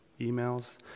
emails